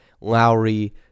Lowry